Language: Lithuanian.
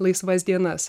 laisvas dienas